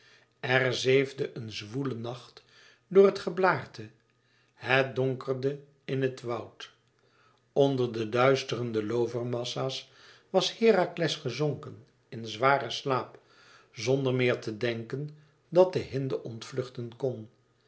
er zeefde een zwoele nacht door het geblaârte het donkerde in het woud onder de duisterende loovermassa s was herakles gezonken in zwaren slaap zonder meer te denken dat de hinde ontvluchten kon